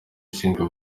ushinjwa